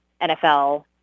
NFL